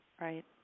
right